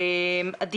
כאמור,